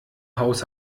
haus